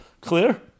clear